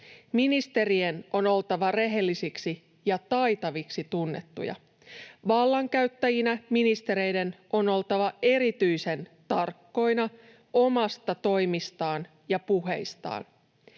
Ministerien on oltava rehellisiksi ja taitaviksi tunnettuja. Vallankäyttäjinä ministereiden on oltava erityisen tarkkoina omista toimistaan ja puheistaan.